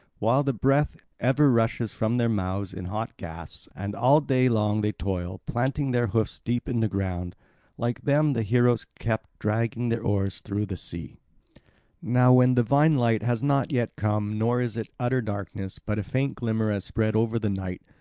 while the breath ever rushes from their mouths in hot gasps and all day long they toil, planting their hoofs deep in the ground like them the heroes kept dragging their oars through the sea now when divine light has not yet come nor is it utter darkness, but a faint glimmer has spread over the night,